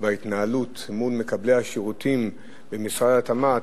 בהתנהלות מול מקבלי השירותים במשרד התמ"ת,